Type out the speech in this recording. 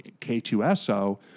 K2SO